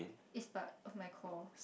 is part of my core